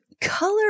color